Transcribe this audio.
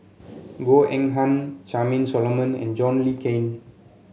Goh Eng Han Charmaine Solomon and John Le Cain